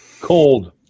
Cold